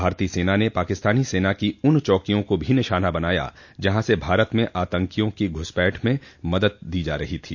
भारतीय सेना ने पाकिस्तानी सेना की उन चौकियों को भी निशाना बनाया जहां से भारत में आतंकियों की घ्रसपैठ में मदद दी जा रही थी